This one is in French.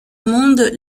monde